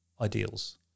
ideals